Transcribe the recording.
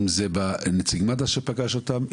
אם זה נציג מד"א שפגש אותם,